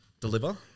deliver